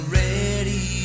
ready